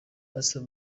pastor